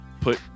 put